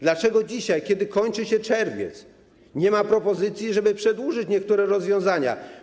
Dlaczego dzisiaj, kiedy kończy się czerwiec, nie ma propozycji, żeby przedłużyć niektóre rozwiązania?